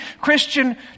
Christian